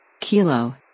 Kilo